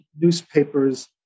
newspapers